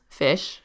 fish